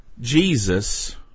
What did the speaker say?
Jesus